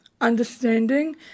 understanding